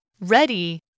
Ready